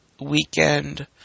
weekend